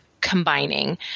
combining